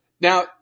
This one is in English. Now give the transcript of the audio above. Now